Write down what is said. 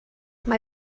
mae